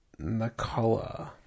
Nakala